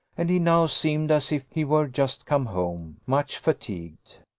and he now seemed as if he were just come home, much fatigued.